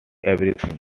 everything